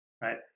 right